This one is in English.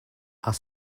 are